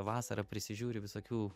vasarą prisižiūri visokių